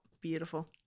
beautiful